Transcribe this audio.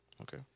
Okay